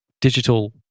digital